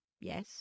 Yes